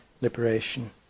liberation